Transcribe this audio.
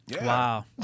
Wow